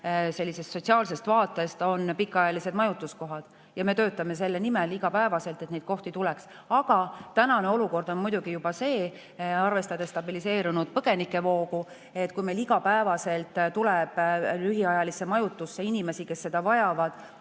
probleem sotsiaalsest vaatest just pikaajalised majutuskohad. Me töötame selle nimel iga päev, et neid kohti tuleks. Aga tänane olukord on muidugi juba see, arvestades stabiliseerunud põgenike voogu, et kui meil iga päev tuleb lühiajalisse majutusse inimesi, kes seda vajavad,